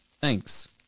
Thanks